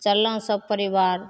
चललहुँ सभ परिवार